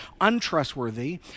untrustworthy